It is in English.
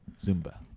Zumba